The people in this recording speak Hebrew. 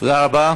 תודה רבה.